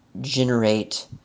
generate